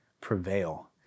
prevail